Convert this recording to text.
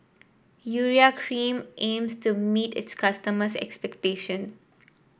Urea Cream aims to meet its customers' expectations